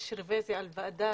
יש רביזיה שלי בוועדה.